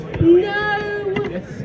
No